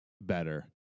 better